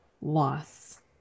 loss